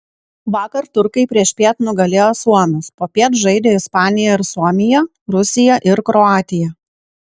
vakar turkai priešpiet nugalėjo suomius popiet žaidė ispanija ir suomija rusija ir kroatija